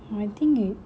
I think I